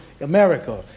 America